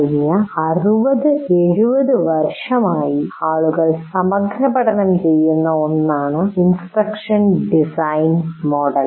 കഴിഞ്ഞ 60 70 വർഷമായി ആളുകൾ സമഗ്രപഠനം ചെയ്യുന്ന ഒന്നാണ് ഇൻസ്ട്രക്ഷൻ ഡിസൈൻ മോഡൽ